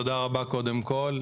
תודה רבה קודם כל.